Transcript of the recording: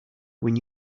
when